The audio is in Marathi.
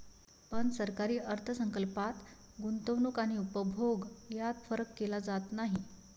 पण सरकारी अर्थ संकल्पात गुंतवणूक आणि उपभोग यात फरक केला जात नाही